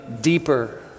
deeper